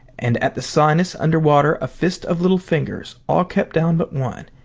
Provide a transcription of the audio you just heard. and at the sinus under water a fist of little fingers all kept down but one,